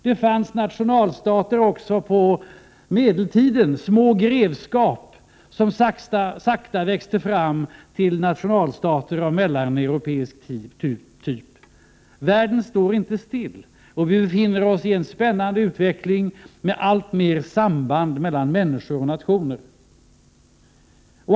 Det fanns nationalstater också på medeltiden, små grevskap som sakta växte fram till nationalstater av mellaneuropeisk typ. Världen står inte still, och vi befinner oss i en spännande utveckling med alltmer samband mellan människor och nationer.